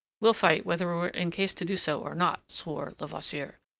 we'll fight whether we're in case to do so or not, swore levasseur.